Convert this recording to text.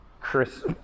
Chris